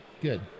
good